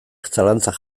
zalantzan